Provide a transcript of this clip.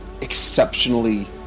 exceptionally